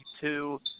two